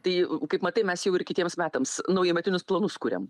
tai kaip matai mes jau ir kitiems metams naujametinius planus kuriam